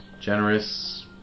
generous